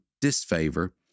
disfavor